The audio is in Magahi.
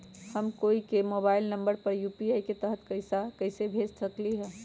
हम कोई के मोबाइल नंबर पर यू.पी.आई के तहत पईसा कईसे भेज सकली ह?